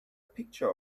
picture